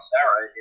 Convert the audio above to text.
Sarah